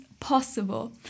Possible